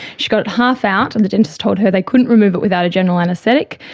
she got it half out and the dentist told her they couldn't remove it without a general anaesthetic,